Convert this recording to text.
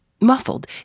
Muffled